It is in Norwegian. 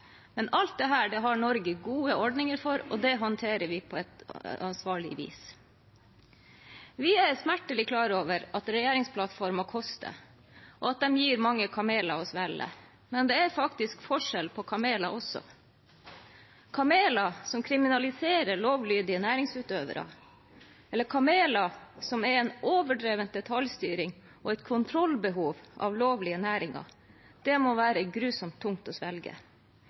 Men alt dette har Norge gode ordninger for, og det håndterer vi på et ansvarlig vis. Vi er smertelig klar over at regjeringsplattformer koster, og at de gir mange kameler å svelge, men det er faktisk forskjell på kameler også. Kameler som kriminaliserer lovlydige næringsutøvere, eller kameler som fører til overdreven detaljstyring og et kontrollbehov av lovlige næringer, må være grusomt tungt å svelge.